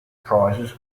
prizes